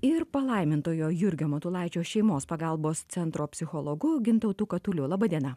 ir palaimintojo jurgio matulaičio šeimos pagalbos centro psichologu gintautu katuliu laba diena